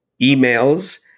emails